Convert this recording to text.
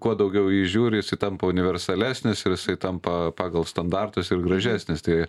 kuo daugiau į jį žiūri jisai tampa universalesnis ir jisai tampa pagal standartus ir gražesnis tai